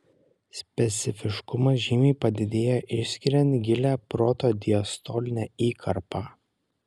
specifiškumas žymiai padidėja išskiriant gilią protodiastolinę įkarpą